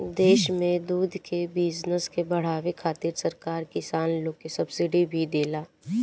देश में दूध के बिजनस के बाढ़ावे खातिर सरकार किसान लोग के सब्सिडी भी देला